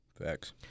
Facts